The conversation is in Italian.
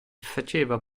faceva